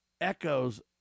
echoes